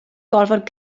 gorfod